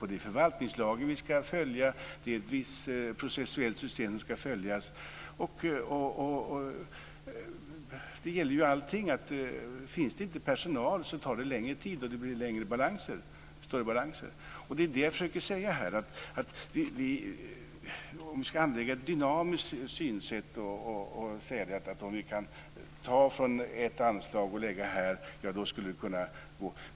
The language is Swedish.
Det är förvaltningslagen och ett visst processuellt system som ska följas. Det gäller ju alltid att om det inte finns personal tar det längre tid och blir större balanser. Vad jag försöker säga är att om vi skulle anlägga ett dynamiskt synsätt och ta resurser från ett anslag och lägga dem här skulle det kunna fungera.